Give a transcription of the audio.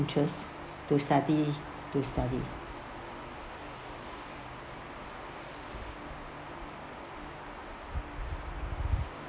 interest to study to study